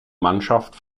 mannschaft